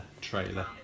trailer